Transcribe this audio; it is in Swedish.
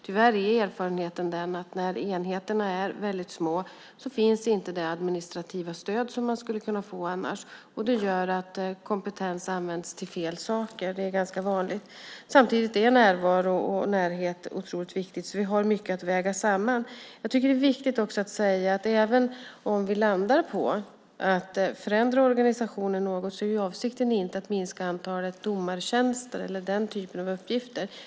Tyvärr är erfarenheten att när enheterna är väldigt små finns inte det administrativa stöd som man skulle kunna få annars. Det gör att kompetens används till fel saker. Det är ganska vanligt. Samtidigt är närvaro och närhet otroligt viktiga. Vi har mycket att väga samman. Jag tycker att det är viktigt att också säga att även om vi landar på att förändra organisationen är avsikten inte att minska antalet domartjänster eller den typen av uppgifter.